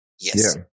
Yes